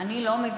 אני לא מבינה,